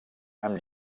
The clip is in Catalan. amb